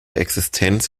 existenz